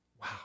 Wow